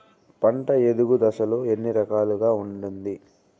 పంట ఎదుగు దశలు ఎన్ని రకాలుగా ఉంటుంది?